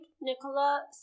Nicola